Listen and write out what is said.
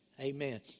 Amen